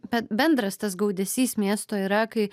bet bendras tas gaudesys miesto yra kai